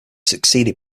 succeeded